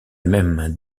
même